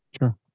Sure